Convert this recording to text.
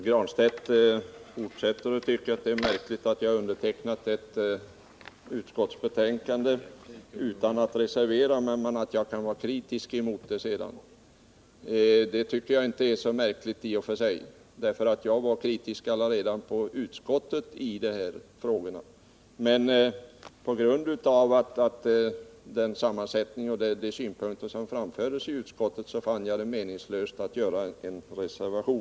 Herr talman! Pär Granstedt tycker det är märkligt att jag har undertecknat ett utskottsbetänkande i stället för att reservera mig då jag framför kritiska synpunkter mot innehållet. Men det är i och för sig inte så märkligt, eftersom jag redan under behandlingen i utskottet av dessa frågor var kritisk. På grund av utskottets sammansättning och de synpunkter som framfördes där fann jag det emellertid meningslöst att reservera mig.